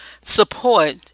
support